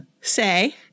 say